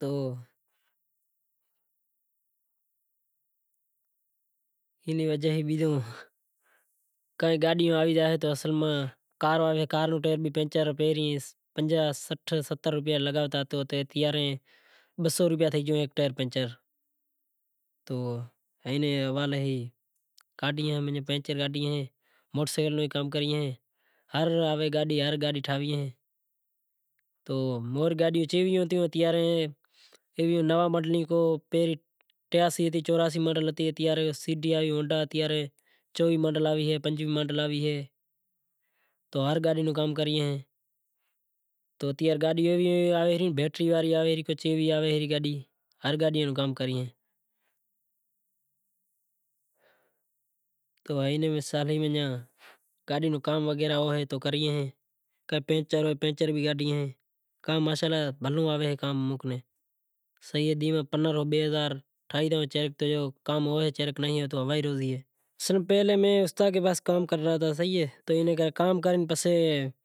تو اینی وجہ اے بیزو کائیں گاڈی آوی زائے تو کار وغیرہ نو ٹیر بھی پنچر کاڈھی زاں، پنجاہ ساٹھ روپیا لگاوتا اتارے بئے سو روپیا تھے گیو ہیک ٹیر تو ہائیں نے کاڈھیئں تو ماناں پنچر کاڈھیئیں موٹر سینکل نو کام کریئیں مطلب ہر گاڈی ٹھاویئں تو موہر گاڈیوں چیویوں تھیوں اینے نوا ماڈل تراسی چوراسی ماڈل آوی ہے پنجویہہ ماڈل آوی ہے تو ہر گاڈی نو کام کریں تو مثال گاڈی نو کام وغیرہ ہوئے تو کریئے ہیں۔ پنچر ہوئے تو پنچر بھی کاڈھیئں ہوے ماشااللہ بھلو آوے ہزار پنڈراہو بئے ہزار ٹھائی زاں۔ کام ہوئے چاں ناں ہوئے ای ہوائی روزی اے۔